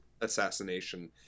assassination